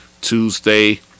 Tuesday